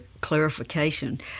clarification